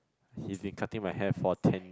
he's been cutting my hair for ten